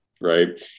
Right